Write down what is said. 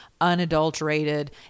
unadulterated